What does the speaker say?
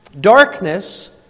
darkness